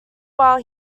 while